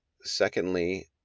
Secondly